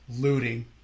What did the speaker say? looting